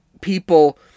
people